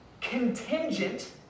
contingent